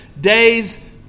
days